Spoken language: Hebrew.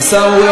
השר אורי